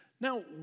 Now